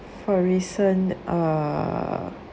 for recent err